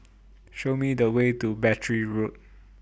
Show Me The Way to Battery Road